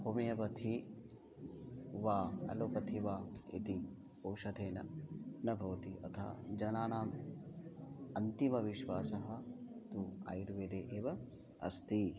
homeopathy वा allopathy वा इति औषधेन न भवति अथ जनानाम् अन्तिमविश्वासः तु आयुर्वेदे एव अस्ति